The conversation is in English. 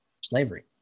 slavery